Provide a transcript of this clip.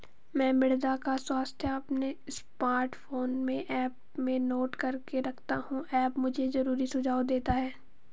मैं मृदा का स्वास्थ्य अपने स्मार्टफोन में ऐप में नोट करके रखता हूं ऐप मुझे जरूरी सुझाव देता है